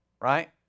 right